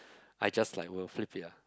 I just like will flip it lah